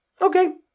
okay